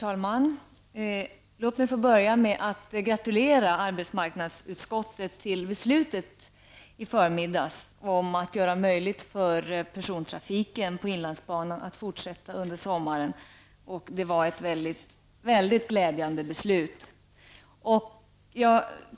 Herr talman! Jag vill börja med att gratulera till arbetsmarknadsutskottets beslut i förmiddags, som gör det möjligt med fortsatt persontrafik på inlandsbanan under sommaren. Det var ett mycket glädjande beslut.